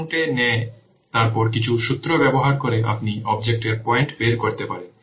একাউন্টে নিয়ে তারপর কিছু সূত্র ব্যবহার করে আপনি অবজেক্টর পয়েন্ট বের করতে পারেন